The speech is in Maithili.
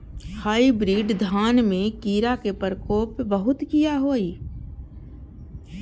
हाईब्रीड धान में कीरा के प्रकोप बहुत किया होया?